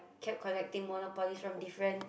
kept collecting monopolies from different